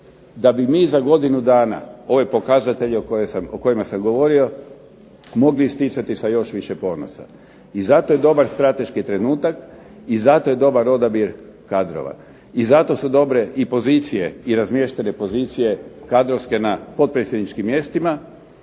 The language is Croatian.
da bi mi za godinu dana ove pokazatelje o kojima sam govorio mogli isticati sa još više ponosa. I zato je dobar strateški trenutak i zato je dobar odabir kadrova i zato su dobre i pozicije i razmještene pozicije kadrovske na potpredsjedničkim mjestima